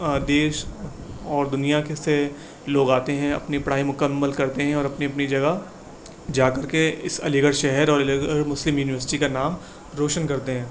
دیش اور دنیا کے سے لوگ آتے ہیں اپنے پڑھائی مکمل کرتے ہیں اور اپنی اپنی جگہ جا کر کے اس علی گڑھ شہر اور علی گڑھ مسلم یونیورسٹی کا نام روشن کرتے ہیں